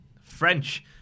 French